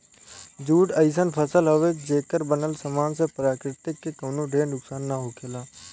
jute अइसन फसल हवे, जेकर बनल सामान से प्रकृति के कवनो ढेर नुकसान ना होखेला